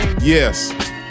Yes